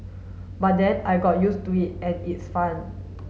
but then I got used to it and its fun